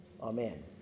amen